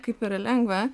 kaip yra lengva